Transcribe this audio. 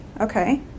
Okay